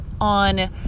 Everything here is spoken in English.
on